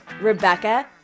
rebecca